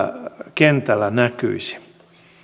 kentällä näkyisi